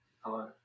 Hello